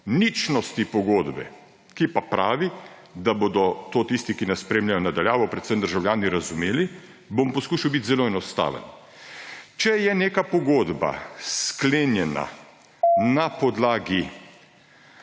ničnosti pogodbe, ki pa pravi – da bodo to tisti, ki nas spremljajo na daljavo, predvsem državljani razumeli, bom poskušal biti zelo enostaven –, če je neka pogodba sklenjena na podlagi